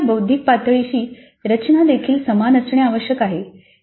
निवडलेल्या बौद्धिक पातळीची रचना देखील समान असणे आवश्यक आहे